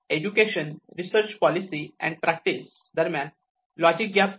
education research policy and practice education research policy and practice दरम्यान logic gap असतो